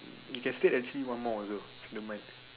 you can state actually one more also don't mind